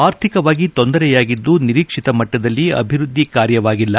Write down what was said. ಅರ್ಥಿಕವಾಗಿ ತೊಂದರೆಯಾಗಿದ್ದು ನಿರೀಕ್ಷಿತ ಮಟ್ನದಲ್ಲಿ ಅಭಿವೃದ್ದಿ ಕಾರ್ಯವಾಗಿಲ್ಲ